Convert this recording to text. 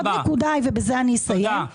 נקודה אחרונה היא הבנקים.